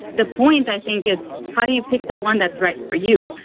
the point i think is how do you pick the one that's right for you?